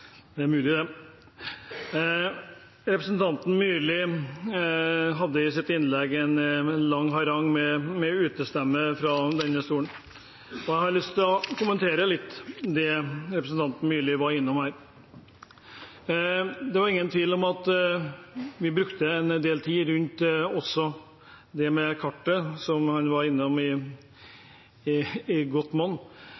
det er mulig det. Representanten Myrli hadde i sitt innlegg en lang harang med utestemme fra denne talerstolen, og jeg har lyst å kommentere det representanten Myrli var innom. Det var ingen tvil om at vi brukte en del tid på kartet, som han var innom i